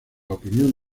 opinión